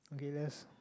okay let's